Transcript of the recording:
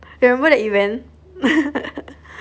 remember that event